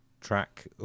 track